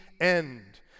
end